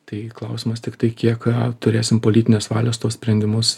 tai klausimas tiktai kiek turėsim politinės valios tuos sprendimus